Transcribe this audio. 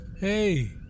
Hey